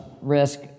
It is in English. risk